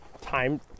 time